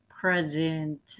present